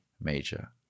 major